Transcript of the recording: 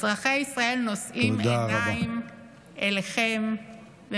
אזרחי ישראל נושאים עיניים אליכם, תודה רבה.